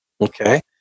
okay